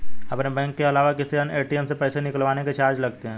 अपने बैंक के अलावा किसी अन्य ए.टी.एम से पैसे निकलवाने के चार्ज लगते हैं